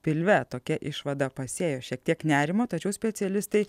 pilve tokia išvada pasėjo šiek tiek nerimo tačiau specialistai